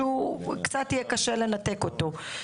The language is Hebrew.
שקצת יהיה קשה לנתק אותו.